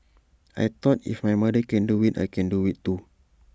I thought if my mother can do IT I can do IT too